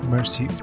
Mercy